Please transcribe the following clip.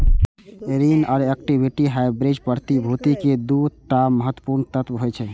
ऋण आ equity hybrid प्रतिभूति के दू टा महत्वपूर्ण तत्व होइ छै